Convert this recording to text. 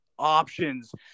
options